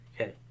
Okay